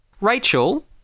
Rachel